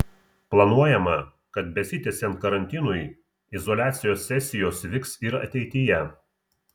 planuojama kad besitęsiant karantinui izoliacijos sesijos vyks ir ateityje